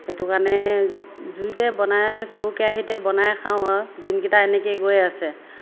সেইটো কাৰণে জুইতে বনাই চৰু কেৰাহীতে বনাই খাওঁ আৰু দিনকেইটা এনেকেই গৈ আছে